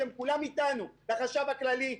שהם כולם אתנו לחשב הכללי,